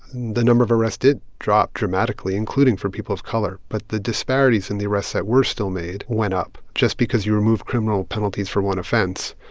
the number of arrests did drop dramatically, including for people of color. but the disparities in the arrests that were still made went up just because you remove criminal penalties for one offense,